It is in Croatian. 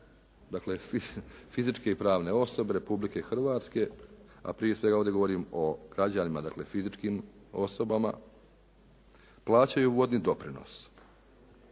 dakle fizičke i pravne osobe Republike Hrvatske a prije svega ovdje govorim o građanima, dakle fizičkim osobama plaćaju vodni doprinos.